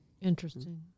Interesting